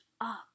up